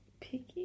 picky